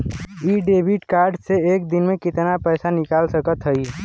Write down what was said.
इ debit card से एक दिन मे कितना पैसा निकाल सकत हई?